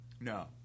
No